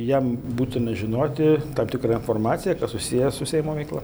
jam būtina žinoti tam tikrą informaciją kas susiję su seimo veikla